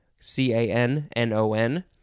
C-A-N-N-O-N